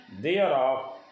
thereof